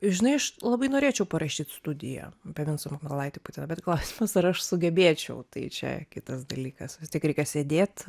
žinai iš labai norėčiau parašyt studiją apie vincą mykolaitį putiną bet klausimas ar aš sugebėčiau tai čia kitas dalykas tiek reikia sėdėt